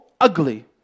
ugly